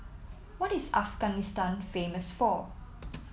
what is Afghanistan famous for